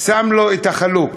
שם לו את החלוק,